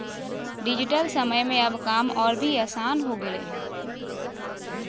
digital समय में अब काम और भी आसान हो गेलय हें